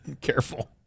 Careful